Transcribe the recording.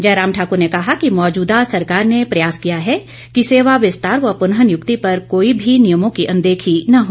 जयराम ठाकर ने कहा कि मौजूदा सरकार ने प्रयास किया है कि सेवाविस्तार व प्नःनियुक्ति पर कोई भी नियमों की अन्देखी न हो